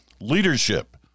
leadership